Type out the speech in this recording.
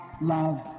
love